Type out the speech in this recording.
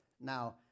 now